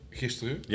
gisteren